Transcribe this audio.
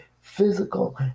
physical